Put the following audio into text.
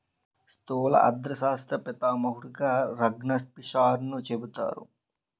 స్థూల అర్థశాస్త్ర పితామహుడుగా రగ్నార్ఫిషర్ను చెబుతారు